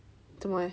做么 eh